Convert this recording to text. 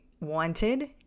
wanted